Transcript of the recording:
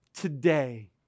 today